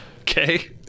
okay